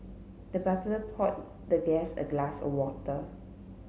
the butler poured the guest a glass of water